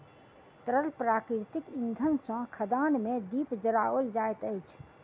तरल प्राकृतिक इंधन सॅ खदान मे दीप जराओल जाइत अछि